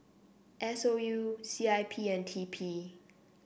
S O U C I P and T P